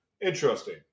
Interesting